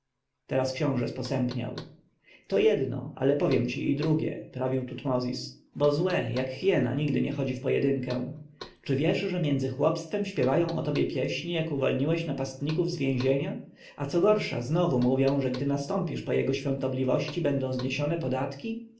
teraz książę sposępniał to jedno ale powiem ci i drugie prawił tutmozis bo złe jak hiena nigdy nie chodzi w pojedynkę czy wiesz że między chłopstwem śpiewają o tobie pieśni jak uwolniłeś napastników z więzienia a co gorsza znowu mówią że gdy nastąpisz po jego świątobliwości będą zniesione podatki